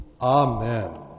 Amen